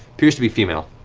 appears to be female.